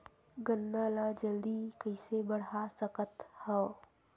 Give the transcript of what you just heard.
गन्ना ल जल्दी कइसे बढ़ा सकत हव?